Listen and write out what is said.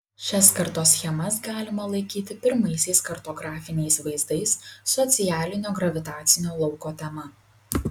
šias kartoschemas galima laikyti pirmaisiais kartografiniais vaizdais socialinio gravitacinio lauko tema